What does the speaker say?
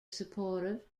supportive